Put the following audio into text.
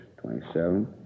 twenty-seven